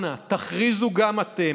אנא, תכריזו גם אתם: